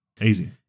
Easy